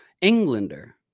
Englander